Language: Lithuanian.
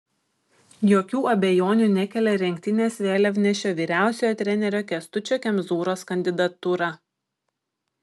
jokių abejonių nekelia rinktinės vėliavnešio vyriausiojo trenerio kęstučio kemzūros kandidatūra